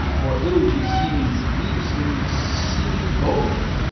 or ill-beseeming beast in seeming both!